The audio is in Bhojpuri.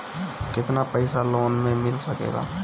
केतना पाइसा लोन में मिल सकेला?